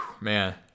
man